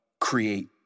create